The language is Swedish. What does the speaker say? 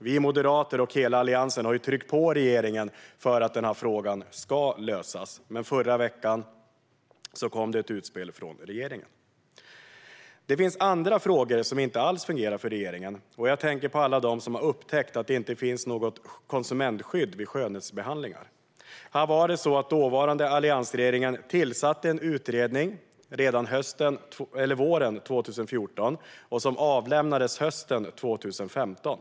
Vi moderater och hela Alliansen har tryckt på för att frågan ska lösas, men först i förra veckan kom det ett utspel från regeringen. Det finns andra frågor som inte alls fungerar för regeringen. Jag tänker på alla dem som har upptäckt att det inte finns något konsumentskydd vid skönhetsbehandlingar. Här tillsatte den dåvarande alliansregeringen en utredning redan våren 2014 som avlämnades hösten 2015.